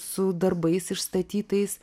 su darbais išstatytais